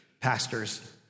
pastors